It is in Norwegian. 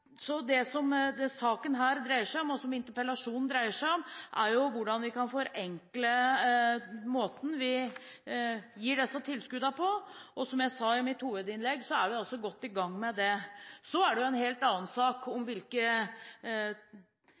Så det saken her dreier seg om, og som interpellasjonen dreier seg om, er hvordan vi kan forenkle måten vi gir disse tilskuddene på, og som jeg sa i mitt hovedinnlegg, er vi altså godt i gang med det. Så er det en helt annen sak hvilke